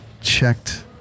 checked